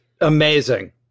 Amazing